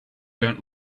don’t